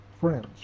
friends